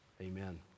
Amen